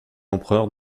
empereur